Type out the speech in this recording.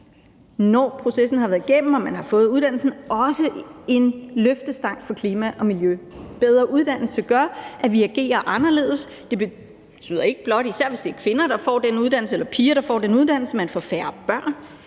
når processen har været igennem og man har fået uddannelsen, også en løftestang for klima og miljø. Bedre uddannelse gør, at vi agerer anderledes, især hvis det er kvinder eller piger, der får den uddannelse, betyder det,